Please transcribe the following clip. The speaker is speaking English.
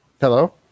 Hello